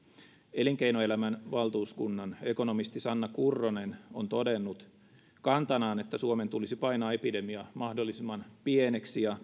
elinkeinoelämän valtuuskunnan ekonomisti sanna kurronen on todennut kantanaan että suomen tulisi painaa epidemia mahdollisimman pieneksi ja